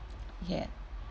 yeah